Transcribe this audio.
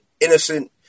innocent